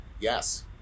yes